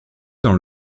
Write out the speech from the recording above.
dans